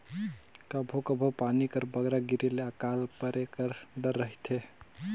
कभों कभों पानी कर बगरा गिरे ले अकाल परे कर डर रहथे